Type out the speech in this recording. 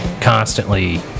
constantly